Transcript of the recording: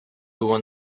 było